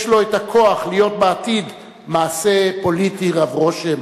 יש לו הכוח להיות בעתיד מעשה פוליטי רב רושם".